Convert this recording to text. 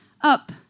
up